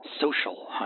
Social